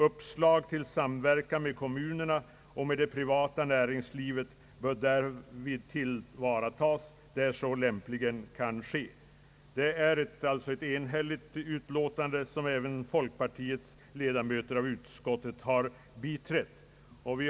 Uppslag till samverkan med kommunerna och med det privata näringslivet bör därvid tillvaratas, där så lämpligen kan ske.» Det är ett enhälligt utlåtande, som alltså även folkpartiets representanter i utskottet har biträtt.